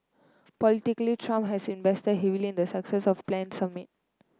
politically Trump has invested heavily in the success of planned summit